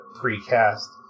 pre-cast